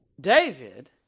David